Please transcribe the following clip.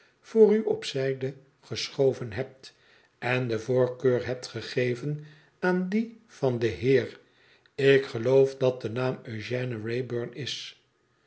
voor u op zijde geschoven hebt en de voorkeur hebt gegeven aan die van den heer ik geloof dat de naam eugène wraybum is